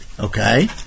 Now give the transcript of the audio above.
Okay